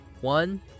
One